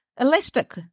Elastic